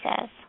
says